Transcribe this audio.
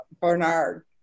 Bernard –